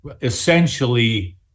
essentially